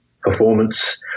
performance